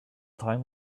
time